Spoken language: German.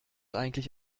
eigentlich